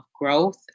growth